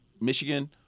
Michigan